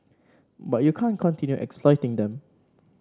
but you can't continue exploiting them